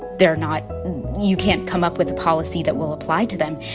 they're not you can't come up with a policy that will apply to them.